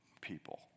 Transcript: people